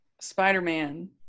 spider-man